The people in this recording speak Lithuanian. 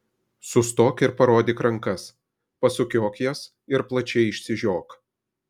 sustok ir parodyk rankas pasukiok jas ir plačiai išsižiok